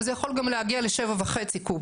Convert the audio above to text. אבל זה יכול גם להגיע ל-7.5 קוב,